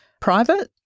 private